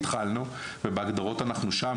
התחלנו ובהגדרות אנחנו שם,